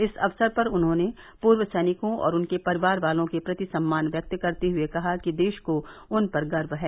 इस अवसर पर उन्होंने पूर्व सैनिकों और उनके परिवार वालों के प्रति सम्मान व्यक्त करते हुए कहा कि देश को उन पर गर्व है